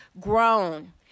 grown